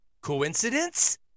Coincidence